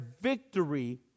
victory